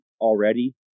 already